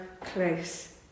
close